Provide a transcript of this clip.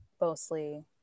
mostly